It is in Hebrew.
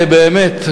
באמת,